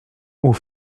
aux